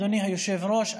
אדוני היושב-ראש,